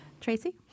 Tracy